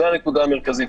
זו הנקודה המרכזית.